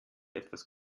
etwas